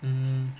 mm